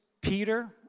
Peter